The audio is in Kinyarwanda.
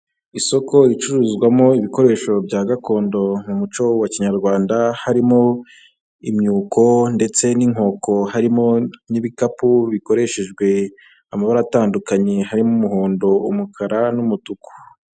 Isoko ricuruzwamo ibikoresho bya gakondo mu muco wa kinyarwanda, harimo imyuko, ndetse n'inkoko, harimo n'ibikapu bikoreshejwe amabara atandukanye, harimo: umuhondo, umukara, n'umutuku.